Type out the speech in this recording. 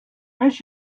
miss